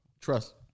Trust